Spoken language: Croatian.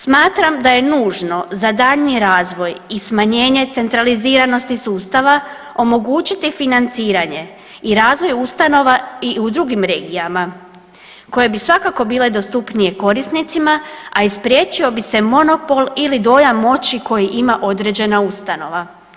Smatram da je nužno za daljnji razvoj i smanjenje centraliziranosti sustava, omogućiti financiranje i razvoj ustanova i u drugim regijama koje bi svakako bile dostupnije korisnicima, a i spriječio bi se monopol ili dojam moći koji ima određena ustanova.